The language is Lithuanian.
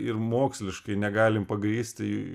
ir moksliškai negalim pagrįsti